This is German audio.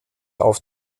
auf